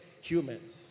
humans